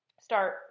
start